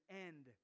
end